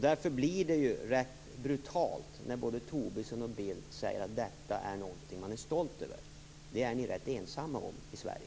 Därför är det rätt brutalt när både Tobisson och Bildt säger att de är rätt stolta över detta. Det är ni ensamma om i Sverige.